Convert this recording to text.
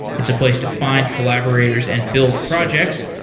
it's a place to find collaborators and build projects,